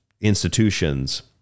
institutions